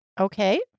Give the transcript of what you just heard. Okay